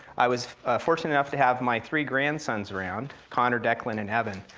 i was fortunate enough to have my three grandsons around, connor, declan, and evan,